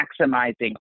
maximizing